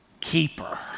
keeper